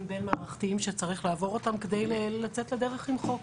בין-מערכתיים שצריך לעבור אותם כדי לצאת לדרך עם חוק.